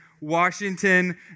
Washington